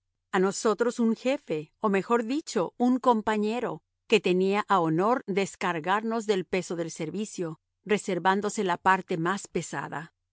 a nosotros un jefe o mejor dicho un compañero que tenía a honor descargarnos del peso del servicio reservándose la parte más pesada